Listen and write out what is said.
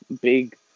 Big